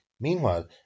Meanwhile